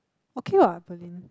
okay what Pearlyn